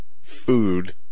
food